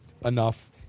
enough